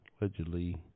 allegedly